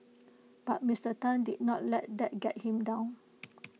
but Mister Tan did not let that get him down